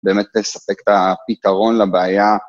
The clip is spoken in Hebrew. באמת תספק את הפתרון לבעיה.